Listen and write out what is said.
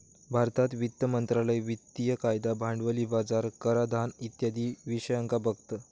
भारतात वित्त मंत्रालय वित्तिय कायदा, भांडवली बाजार, कराधान इत्यादी विषयांका बघता